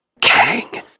Kang